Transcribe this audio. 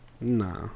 Nah